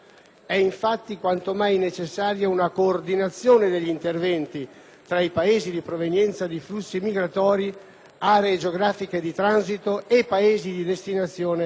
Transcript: aree geografiche di transito e Paesi di destinazione intermedia e finale dei migranti. Vorrei conclusivamente fare un'annotazione di ordine generale